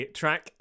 track